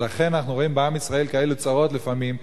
ולכן אנחנו רואים בעם ישראל כאלה צרות לפעמים,